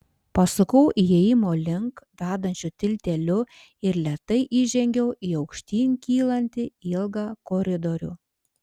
pasukau įėjimo link vedančiu tilteliu ir lėtai įžengiau į aukštyn kylantį ilgą koridorių